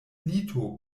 lito